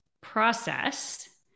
process